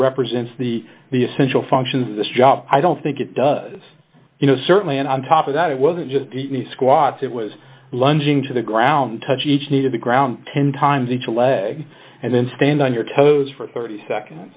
represents the the essential functions this job i don't think it does you know certainly and on top of that it wasn't just me squats it was lunging to the ground touch each needed to ground ten times each leg and then stand on your toes for thirty seconds